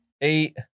eight